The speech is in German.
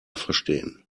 verstehen